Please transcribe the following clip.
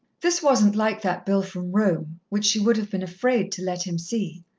this wasn't like that bill from rome, which she would have been afraid to let him see.